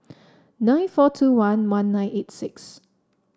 nine four two one one nine eight six